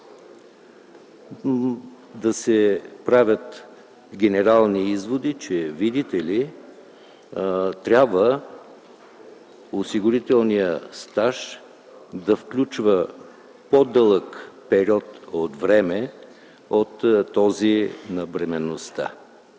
да се правят генерални изводи, че видите ли, осигурителният стаж трябва да включва по-дълъг период от време от този на бременността.